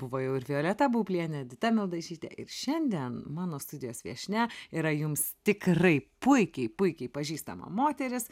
buvo jau ir violeta baublienė edita mildažytė ir šiandien mano studijos viešnia yra jums tikrai puikiai puikiai pažįstama moteris